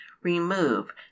remove